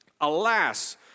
Alas